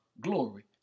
glory